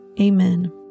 Amen